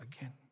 again